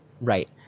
right